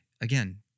again